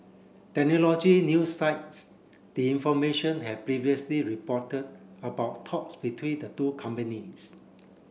technology new sites the information had previously reported about talks between the two companies